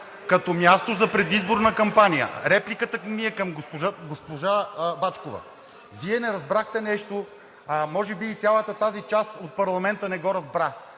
като място за предизборна кампания. Репликата ми е към госпожа Бачкова. Вие не разбрахте нещо, а може би и цялата тази част от парламента не го разбра.